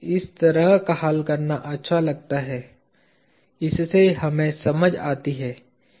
इस तरह का हल करना अच्छा लगता है इससे हमें समझ आती है